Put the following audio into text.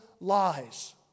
lies